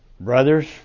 brothers